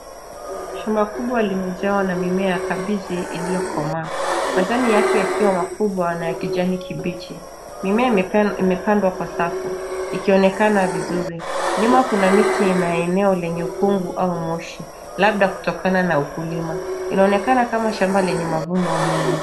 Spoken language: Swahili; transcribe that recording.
Shamba kubwa limejawa na mimea ya kabichi iliyokomaa. Majani yake yakiwa makubwa na ya kijani kibichi. Mimea imepandwa kwa safu ikionekana vizuri. Nyuma kuna miti ya aina aina eneo lenye ukungu au moshi labda kutokana na ukulima. Inaonekana kama shamba lenye mavuno mengi.